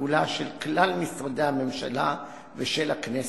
פעולה של כלל משרדי הממשלה ושל הכנסת,